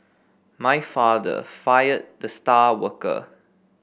my father fired the star worker